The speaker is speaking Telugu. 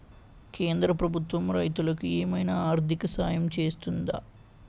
కేంద్ర ప్రభుత్వం రైతులకు ఏమైనా ఆర్థిక సాయం చేస్తుందా?